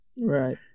Right